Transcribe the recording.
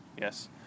yes